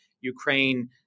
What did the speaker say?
Ukraine